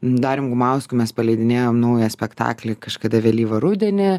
dariumi gumausku mes paleidinėjom naują spektaklį kažkada vėlyvą rudenį